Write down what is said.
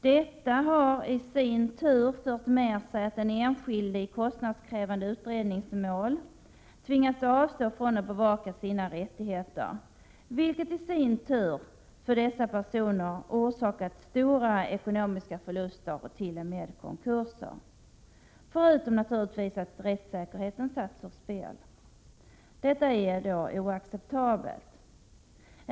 Detta har i sin tur fört med sig att den enskilde i kostnadskrävande utredningsmål tvingats avstå från att bevaka sina rättigheter, vilket för dessa personer orsakat stora ekonomiska förluster och t.o.m. konkurs, förutom att rättssäkerheten satts ur spel. Detta är oacceptabelt.